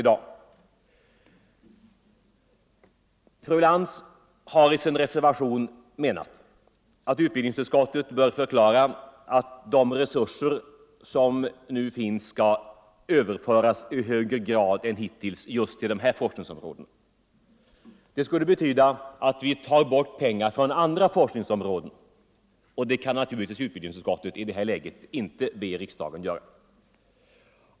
Fru Lantz har i sin reservation anfört att utskottet bort förklara att de resurser som nu finns i högre grad än hittills skall överföras just till dessa forskningsområden. Det skulle betyda att vi tog bort pengar från andra forskningsområden, och det kan naturligtvis utbildningsut Nr 125 skottet i detta läge inte be riksdagen göra.